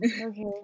Okay